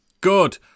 Good